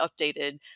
updated